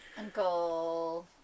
Uncle